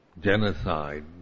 genocide